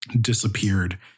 disappeared